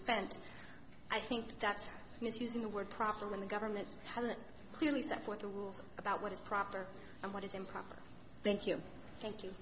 spent i think that's misusing the word proper when the government hasn't clearly set forth the rules about what is proper and what is improper thank you thank you